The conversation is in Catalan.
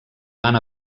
van